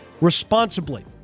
responsibly